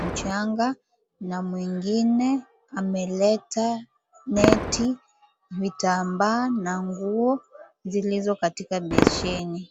mchanga na mwengine ameleta neti, vitambaa na nguo zilizo katika beseni.